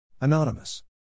Anonymous